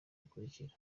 bikurikira